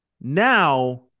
Now